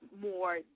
more